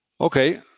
Okay